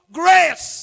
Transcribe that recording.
grace